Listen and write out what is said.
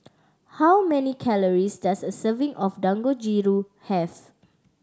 how many calories does a serving of Dangojiru have